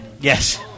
Yes